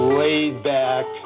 laid-back